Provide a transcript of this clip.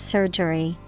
Surgery